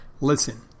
listen